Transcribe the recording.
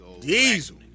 Diesel